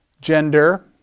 gender